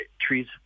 trees